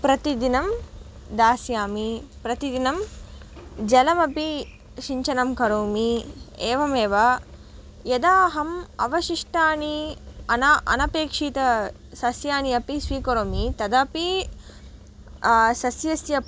प्रतिदिनं दास्यामि प्रतिदिनं जलमपि षिञ्चनं करोमि एवमेव यदा अहम् अवशिष्टानि अना अनपेक्षितसस्यानि अपि स्वीकरोमि तदपि सस्यस्य